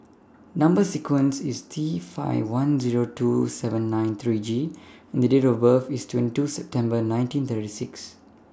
Number sequence IS T five one Zero two seven nine three G and Date of birth IS twenty two September nineteen thirty six